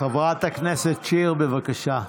חברת הכנסת שיר, בבקשה.